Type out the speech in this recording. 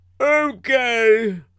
Okay